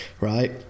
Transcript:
right